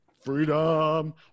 Freedom